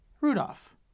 Rudolph